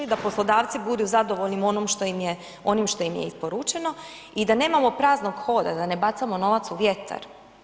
Da poslodavci budu zadovoljni onim što im je isporučeno i da nemamo praznog hoda, da ne bacamo novac u vjetar.